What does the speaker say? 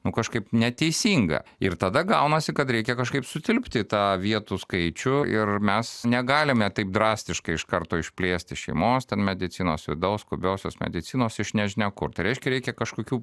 nu kažkaip neteisinga ir tada gaunasi kad reikia kažkaip sutilpt į tą vietų skaičių ir mes negalime taip drastiškai iš karto išplėsti šeimos ten medicinos vidaus skubiosios medicinos iš nežinia kur tai reiškia reikia kažkokių